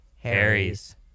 Harry's